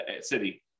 city